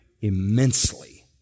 immensely